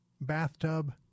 bathtub